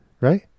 Right